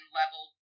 level